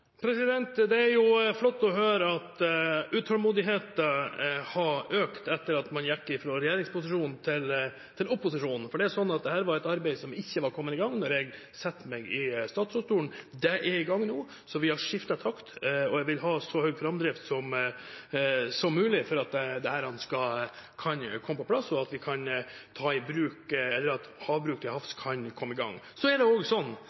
Det er flott å høre at utålmodigheten har økt etter at man gikk fra regjeringsposisjon til opposisjon, for dette er et arbeid som ikke var kommet i gang da jeg satte meg i statsrådsstolen. Det er i gang nå, så vi har skiftet takt. Jeg vil ha så høy framdrift som mulig for at dette kan komme på plass, og at havbruk til havs kan komme i gang. Så er det innenfor det som er definert som produksjonsområder, gode muligheter allerede i dag for å prøve ut havbruk i langt mer åpne områder enn det